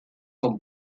con